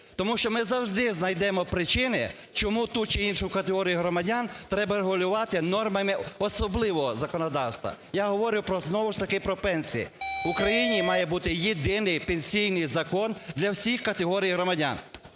Тому що ми завжди знайдемо причини, чому ту чи іншу категорію громадян треба регулювати нормами особливого законодавства, я говорю знову ж таки про пенсії. В Україні має бути єдиний пенсійний закон для всіх категорій громадян.